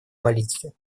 политике